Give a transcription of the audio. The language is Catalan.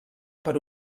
per